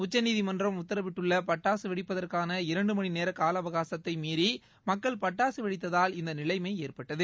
உச்சநீதிமன்றம் உத்தரவிட்டுள்ள பட்டாசு வெடிப்பதற்கான இரண்டு மணி நேர கால அவகாசத்தை மீறி மக்கள் பட்டாசு வெடித்ததால் இந்நிலைமை ஏற்பட்டது